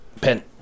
Pen